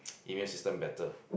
immune system better